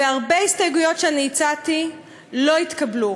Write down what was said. והרבה הסתייגויות שאני הצעתי לא התקבלו